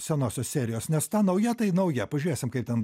senosios serijos nes ta nauja tai nauja pažiūrėsim kaip ten